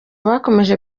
bakomeje